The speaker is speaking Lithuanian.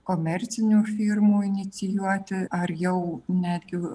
komercinių firmų inicijuoti ar jau netgi